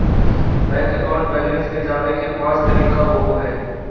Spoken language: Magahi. बैंक अकाउंट बैलेंस के जाने के पांच तरीका होबो हइ